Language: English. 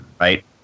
Right